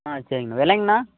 ஆ சரிங்கண்ணா விலைங்கண்ணா